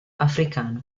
africano